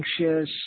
anxious